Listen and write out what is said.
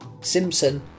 Simpson